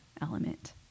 element